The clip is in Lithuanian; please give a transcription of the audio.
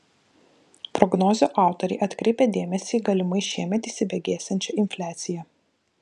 prognozių autoriai atkreipia dėmesį į galimai šiemet įsibėgėsiančią infliaciją